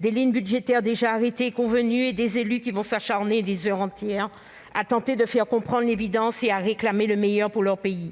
des lignes budgétaires déjà arrêtées et convenues et des élus qui vont s'acharner des heures entières à tenter de faire comprendre l'évidence et à réclamer le meilleur pour leurs pays.